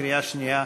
קריאה שנייה.